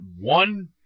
one